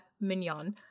Mignon